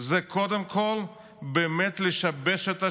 המטרה היא קודם כול לשבש את השגרה,